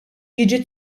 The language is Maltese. jiġi